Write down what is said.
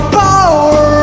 power